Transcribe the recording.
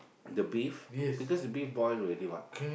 the beef because the beef boil already what